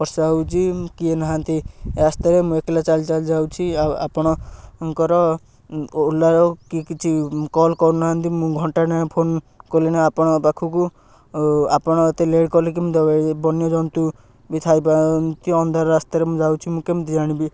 ବର୍ଷା ହେଉଛି କିଏ ନାହାନ୍ତି ରାସ୍ତାରେ ମୁଁ ଏକଲା ଚାଲି ଚାଲି ଯାଉଛି ଆଉ ଆପଣଙ୍କର ଓଲାର କି କିଛି କଲ୍ କରୁନାହାନ୍ତି ମୁଁ ଘଣ୍ଟାଟେ ଫୋନ କଲି ନା ଆପଣଙ୍କ ପାଖକୁ ଆପଣ ଏତେ ଲେଟ୍ କଲେ କେମିତି ହେବ ବନ୍ୟଜନ୍ତୁ ବି ଥାଇପାରନ୍ତି ଅନ୍ଧାର ରାସ୍ତାରେ ମୁଁ ଯାଉଛି ମୁଁ କେମିତି ଜାଣିବି